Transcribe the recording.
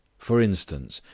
for instance,